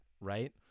right